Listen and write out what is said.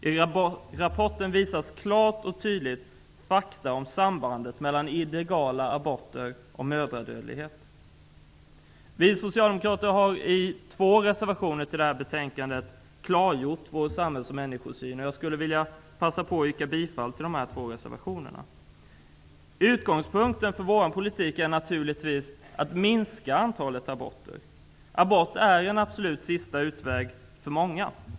I rapporten visas klara fakta om sambandet mellan illegala aborter och mödradödlighet. Vi socialdemokrater har i två reservationer till det här betänkandet klargjort vår samhälls och människosyn. Jag vill passa på att yrka bifall till dessa reservationer. Utgångspunkten för vår politik är naturligtvis att antalet aborter skall minskas. Abort är den absolut sista utvägen för många.